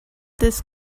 this